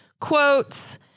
quotes